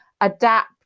adapt